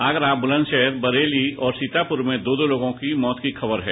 आगरा बुलन्दशहर बरेली और सीतापुर में दो दो लोगों की मौत की खबर है